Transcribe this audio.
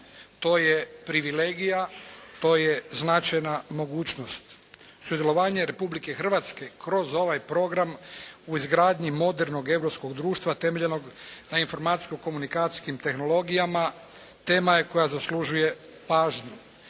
To je privilegija, to je značajna mogućnost. Sudjelovanje Republike Hrvatske kroz ovaj program u izgradnji modernog europskog društva temeljenog na informacijski-komunikacijskim tehnologijama tema je koja zaslužuje pažnju.